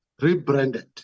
rebranded